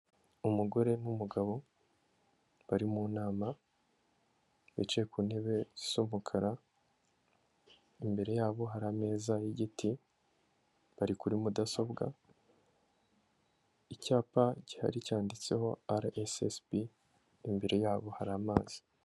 Umugore n'umugabo, bari mu nama, bicaye ku ntebe z'umukara, imbere yabo hari ameza y'igiti, bari kuri mudasobwa, icyapa cyari cyanditseho RSSB, imbere yabo hari amazi.